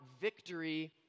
victory